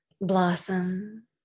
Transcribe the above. blossom